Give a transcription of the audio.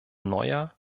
neuer